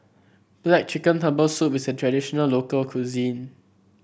black chicken Herbal Soup is a traditional local cuisine